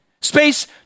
Space